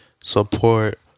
support